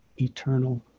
eternal